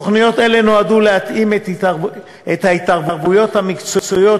תוכניות אלה נועדו להתאים את ההתערבויות המקצועיות